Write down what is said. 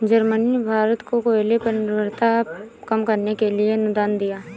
Germany ने भारत को कोयले पर निर्भरता कम करने के लिए अनुदान दिया